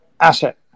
asset